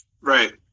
Right